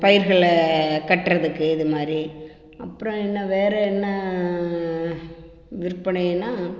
பயிர்களை கட்டுறதுக்கு இது மாதிரி அப்புறோம் என்ன வேற என்ன விற்பனைன்னால்